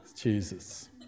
Jesus